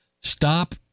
Stop